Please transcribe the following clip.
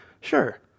Sure